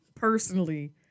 Personally